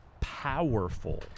powerful